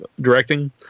directing